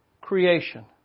Creation